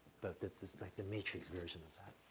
but that is like the matrix version of that.